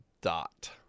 dot